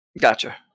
Gotcha